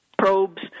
probes